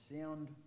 sound